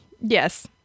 Yes